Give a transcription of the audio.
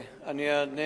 אני אענה על